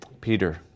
Peter